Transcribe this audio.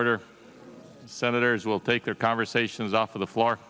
order senators will take their conversations off of the floor